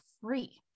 free